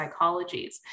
psychologies